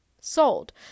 Sold